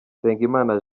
nsengimana